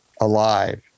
alive